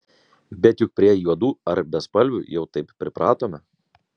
bet juk prie juodų ar bespalvių jau taip pripratome